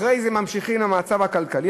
אחרי זה ממשיכים עם המצב הכלכלי,